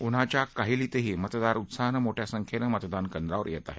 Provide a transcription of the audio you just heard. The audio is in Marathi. उन्हाच्या काहीलीतही मतदार उत्साहानं मोठया संख्येनं मतदानकेंद्रावर येत आहेत